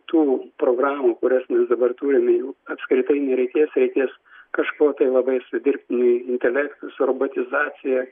tų programų kurias dabar turime jų apskritai nereikės reikės kažko tai labai su dirbtiniu intelektu su robotizacija